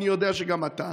אני יודע שגם אתה?